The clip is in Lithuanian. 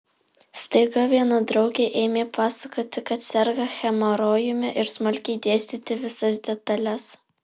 staiga viena draugė ėmė pasakoti kad serga hemorojumi ir smulkiai dėstyti visas detales